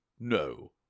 No